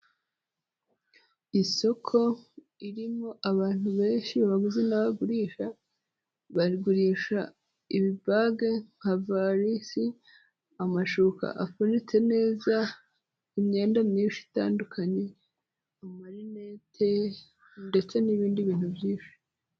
Isoko ririmo abantu benshi abaguzi n'abagurisha, bagurisha ibibage nka varisi, amashuka afunitse neza, imyenda myinshi itandukanye, amarinete ndetse n'ibindi bintu byinshi.